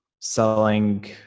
selling